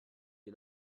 you